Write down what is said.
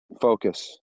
focus